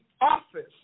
office